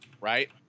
Right